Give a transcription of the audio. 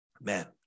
Man